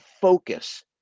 focus